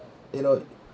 you know